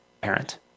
parent